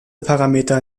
parameter